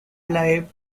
live